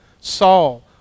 Saul